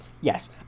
Yes